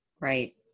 Right